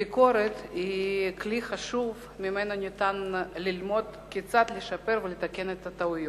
ביקורת היא כלי חשוב שממנו ניתן ללמוד כיצד לשפר ולתקן את הטעויות,